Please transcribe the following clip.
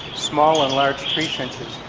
small and large tree finches.